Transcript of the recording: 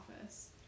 office